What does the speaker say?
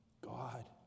God